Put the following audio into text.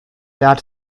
that